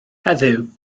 heddiw